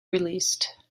released